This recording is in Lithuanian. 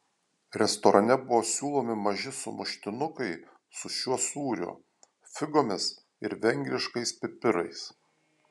restorane buvo siūlomi maži sumuštinukai su šiuo sūriu figomis ir vengriškais pipirais